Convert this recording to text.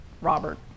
Robert